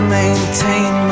maintain